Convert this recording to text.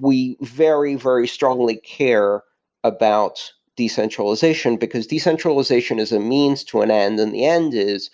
we very, very strongly care about decentralization, because decentralization is a means to an end, and the end is